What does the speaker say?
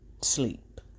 sleep